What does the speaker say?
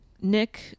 nick